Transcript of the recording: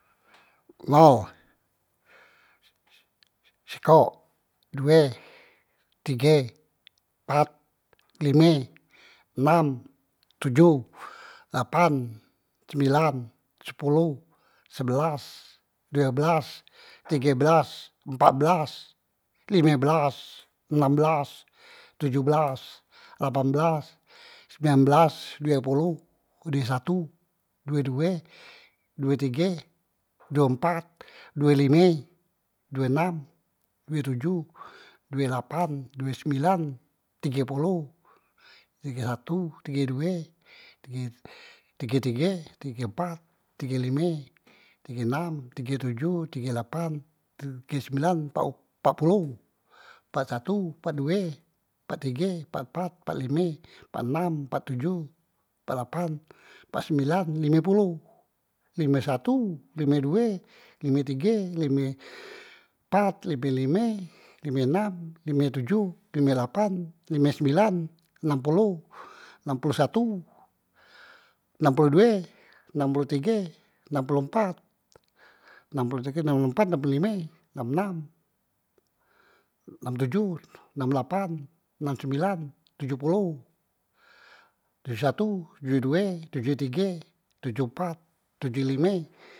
Nol, si si sikok, due, tige, mpat, lime, enam, tojoh, lapan, sembilan, sepoloh, sebelas, due belas, tige belas, empat belas, lime belas, enam belas, tojoh belas, lapan belas, sembilan belas, due poloh, due satu, due due, due tige, due empat, due lime, due enam, due tojoh, due lapan, due sembilan, tige poloh, tige satu, tige due, tige tige, tige empat, tige lime, tige nam, tige tojoh, tige lapan, tige sembilan, m empat poloh, mpat satu, mpat due, mpat tige, mpat empat, mpat lime, mpat enam, mpat tojoh, mpat lapan, mpat sembilan, lime poloh, lime satu, lime due, lime tige, lime empat, lime lime, lime enam, lime tojoh, lime lapan, lime sembilan, enam poloh, nam poloh satu, nam poloh due, nam poloh tige, nam poloh empat, nam poloh tige nam poloh empat, nam poloh lime, nam enam, nam tojoh, nam lapan, nam sembilan, tojoh poloh, tojoh satu, tojoh due, tojoh tige, tojoh empat, tojoh lime.